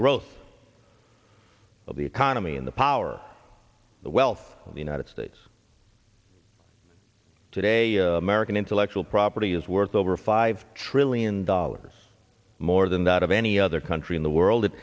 growth of the economy in the power the wealth in the united states today american intellectual property is worth over five trillion dollars more than that of any other country in the world